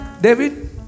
David